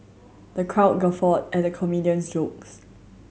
the crowd guffawed at the comedian's jokes